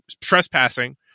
trespassing